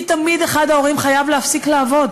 כי תמיד אחד ההורים חייב להפסיק לעבוד,